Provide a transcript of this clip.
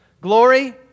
Glory